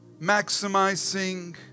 maximizing